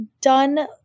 done